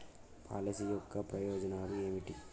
Policy యొక్క ప్రయోజనాలు ఏమిటి?